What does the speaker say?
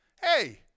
hey